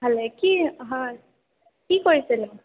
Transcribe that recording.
ভালেই কি হয় কি কৰিছেনো